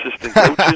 assistant